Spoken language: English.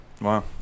Wow